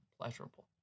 pleasurable